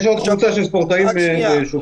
יש עוד קבוצה של ספורטאים שהוחרגה.